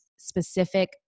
specific